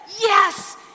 Yes